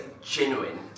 genuine